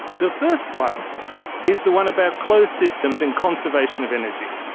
the first one is the one about closed systems in conservation of energy.